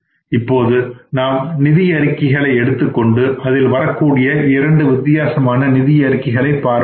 இப்பொழுது நாம் நிதி அறிக்கைகளை எடுத்துக் கொண்டு அதில் வரக்கூடிய இரண்டு வித்தியாசமான நிதி அறிக்கைகளை பார்ப்போம்